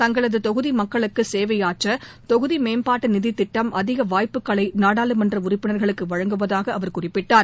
தங்களது தொகுதி மக்களுக்கு சேவையாற்ற இந்த தொகுதி மேம்பாட்டு நிதி திட்டம் அதிக வாய்ப்புகளை நாடாளுமன்ற உறுப்பினர்களுக்கு வழங்குவதாக அவர் குறிப்பிட்டார்